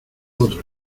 otro